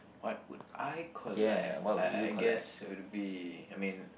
what would I collect I I guess it would be I mean